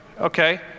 Okay